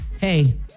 hey